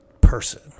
person